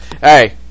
hey